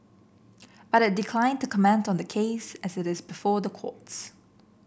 but it declined to comment on the case as it is before the courts